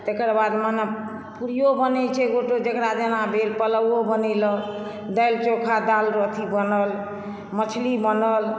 तकरबाद मने पूरियो बनैत छै गोटो जकरा जेना भेल पुलावओ बनैलक दाल चोखा दाल अथी बनल मछली बनल